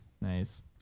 Nice